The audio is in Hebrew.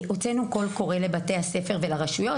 הוצאנו קול קורא לבתי הספר ולרשויות.